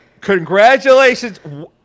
congratulations